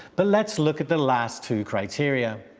but let's look at the last two criteria.